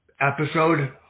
episode